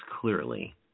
clearly